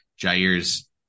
Jair's